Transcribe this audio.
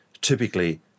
typically